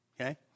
okay